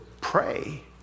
pray